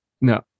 No